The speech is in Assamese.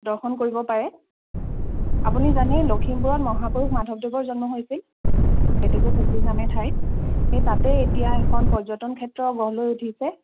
দৰ্শন কৰিব পাৰে আপুনি জানেই লখিমপুৰত মহাপুৰুষ মাধৱদেৱৰ জন্ম হৈছিল লেটেকু পুখুৰী নামে ঠাইত এই তাতেই এতিয়া এখন পৰ্য্যটন ক্ষেত্ৰ গঢ় লৈ উঠিছে